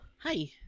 Hi